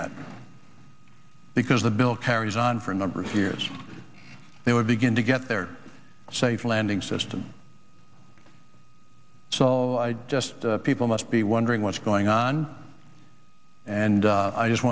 that because the bill carries on for a number of years they would begin to get their safe landing system so i just people must be wondering what's going on and i just